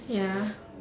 ya